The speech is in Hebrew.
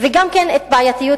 וגם בעייתיות